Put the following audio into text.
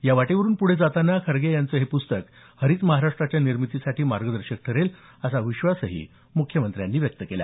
या वाटेवरून पुढे जातांना खारगे यांचं हे पुस्तक हरित महाराष्ट्राच्या निर्मितीसाठी मार्गदर्शक ठरेल असा विश्वासही मुख्यमंत्र्यांनी व्यक्त केला